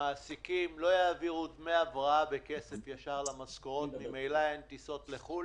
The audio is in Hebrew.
המעסיקים לא יעבירו דמי הבראה בכסף ישר למשכורות וממילא אין טיסות לחו"ל